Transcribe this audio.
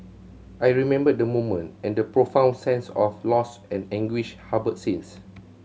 I remember the moment and the profound sense of loss and anguish harboured since